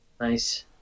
Nice